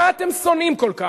מה אתם שונאים כל כך?